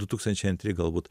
du tūkstančiai antri galbūt